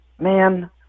man